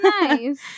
nice